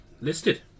listed